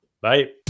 Bye